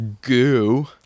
goo